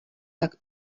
tak